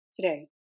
today